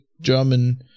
German